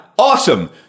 Awesome